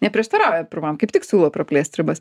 neprieštarauja pirmam kaip tik siūlo praplėst ribas